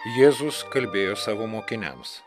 jėzus kalbėjo savo mokiniams